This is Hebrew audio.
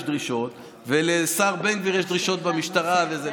דרישות ולשר בן גביר יש דרישות במשטרה לזה,